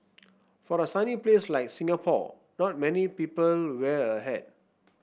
for the sunny place like Singapore not many people wear a hat